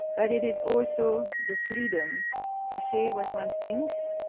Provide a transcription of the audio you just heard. but it is also the freedom to say what one thinks,